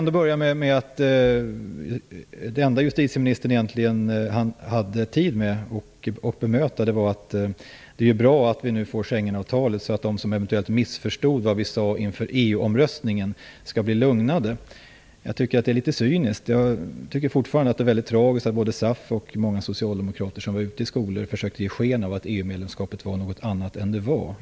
Det enda som justitieministern egentligen hade tid att bemöta var detta att det är bra att man nu får Schengenavtalet så att de som eventuellt missförstod vad vi sade inför EU-omröstningen skall bli lugnade. Jag tycker att det låter litet cyniskt. Det är fortfarande tragiskt att SAF och många socialdemokrater var ute i skolor och försökte att ge sken av att EU medlemskapet var någonting annat än vad det verkligen var.